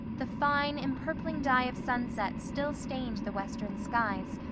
the fine, empurpling dye of sunset still stained the western skies,